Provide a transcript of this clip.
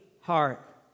heart